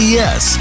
yes